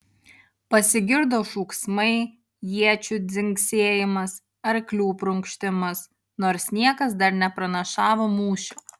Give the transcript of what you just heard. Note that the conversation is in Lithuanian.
pasigirdo šūksmai iečių dzingsėjimas arklių prunkštimas nors niekas dar nepranašavo mūšio